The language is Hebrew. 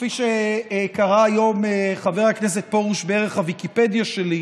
כפי שקרא היום חבר הכנסת פרוש בערך הוויקיפדיה שלי,